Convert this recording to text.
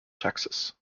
texas